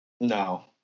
no